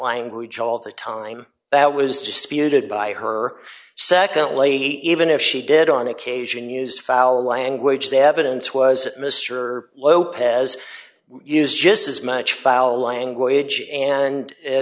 language all the time that was disputed by her secondly even if she did on occasion use foul language the evidence was at mr lopez is just as much foul language and